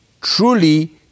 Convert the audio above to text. truly